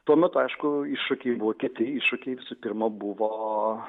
tuo metu aišku iššūkiai buvo kiti iššūkiai visų pirma buvo